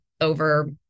over